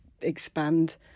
expand